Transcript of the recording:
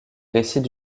récits